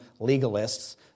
legalists